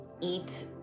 eat